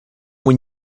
when